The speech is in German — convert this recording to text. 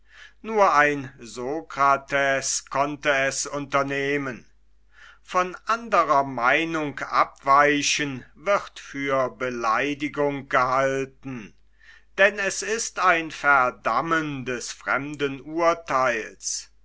nur ein sokrates konnte es unternehmen von andrer meinung abweichen wird für beleidigung gehalten denn es ist ein verdammen des fremden urtheils